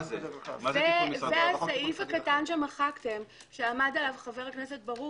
זה הסעיף הקטן שמחקתם, שעמד עליו חבר הכנסת ברוכי.